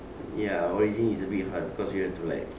ya origin is a bit hard because you have to like